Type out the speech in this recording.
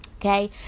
okay